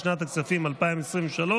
לשנת הכספים 2023,